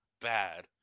bad